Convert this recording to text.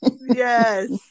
Yes